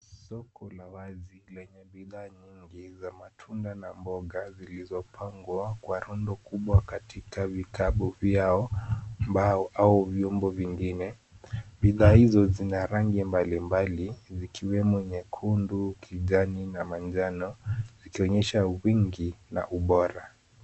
Soko la wazi lenye bidhaa nyingi za matunda na mboga zilizopangwa kwa rundo kubwa katika vikapu vyao mbao au vyombo vingine. Bidhaa hizo zina rangi mbali mbali zikiwemo nyekundu, kijani na manjano, zikionyesha wingi na ubora.